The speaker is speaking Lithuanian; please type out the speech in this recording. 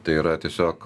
tai yra tiesiog